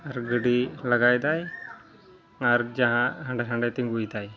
ᱟᱨ ᱜᱟᱹᱰᱤ ᱞᱟᱜᱟᱭᱮᱫᱟᱭ ᱟᱨ ᱡᱟᱦᱟᱸ ᱦᱟᱸᱰᱮᱼᱦᱟᱸᱰᱮ ᱛᱤᱸᱜᱩᱭᱮᱫᱟᱭ